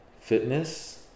fitness